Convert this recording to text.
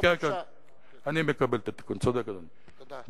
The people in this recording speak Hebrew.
אני מקבל את התיקון, צודק, אדוני.